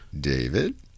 David